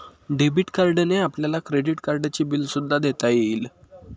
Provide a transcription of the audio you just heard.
debit कार्डने आपल्याला credit कार्डचे बिल सुद्धा देता येईल